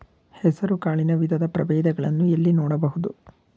ಹೆಸರು ಕಾಳಿನ ವಿವಿಧ ಪ್ರಭೇದಗಳನ್ನು ಎಲ್ಲಿ ನೋಡಬಹುದು?